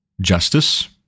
justice